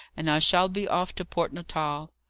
and i shall be off to port natal.